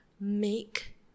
make